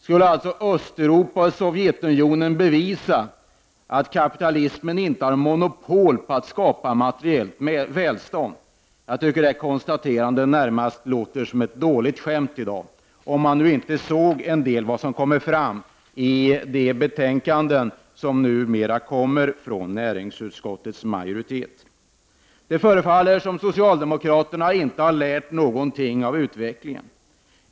Skulle alltså Östeuropa och Sovjetunionen vara bevis på att kapitalismen inte har monopol på att skapa materiellt välstånd? Jag tycker att det konstaterandet i dag närmast låter som ett dåligt skämt, om man nu inte ser vad som kommer fram i de betänkanden som näringsutskottets majoritet numera utformar. Det förefaller som om socialdemokraterna inte har lärt någonting av utvecklingen.